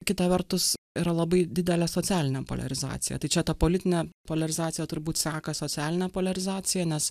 kitą vertus yra labai didelė socialinė poliarizacija tai čia ta politinė poliarizacija turbūt seka socialinė poliarizacija nes